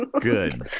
Good